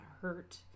hurt